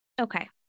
Okay